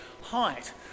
height